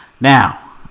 now